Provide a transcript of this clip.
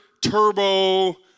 turbo